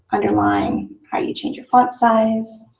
underline, how you change your font size.